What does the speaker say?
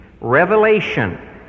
Revelation